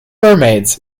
mermaids